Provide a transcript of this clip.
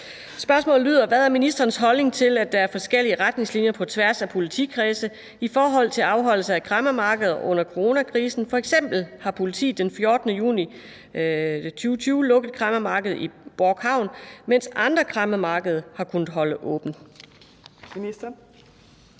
Hvad er ministerens holdning til, at der er forskellige retningslinjer på tværs af politikredse i forhold til afholdelse af kræmmermarkeder under coronakrisen, f.eks. har politiet den 14. juni 2020 lukket kræmmermarkedet i Bork Havn, mens andre kræmmermarkeder har kunnet holde åbent?